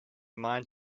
mind